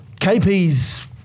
KP's